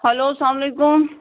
hello السَلام علیکُم